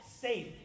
safe